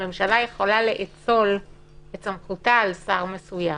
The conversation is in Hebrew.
הממשלה יכולה להאציל את סמכותה על שר מסוים.